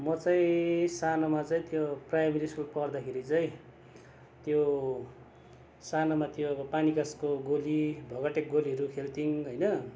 म चाहिँ सानोमा चाहिँ त्यो प्राइमेरी स्कुल पढदाखेरि चाहिँ त्यो सानोमा त्यो पानी काजकको गोली भगटे गोलीहरू खेल्थ्यौँ होइन